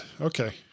Okay